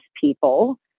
people